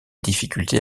difficultés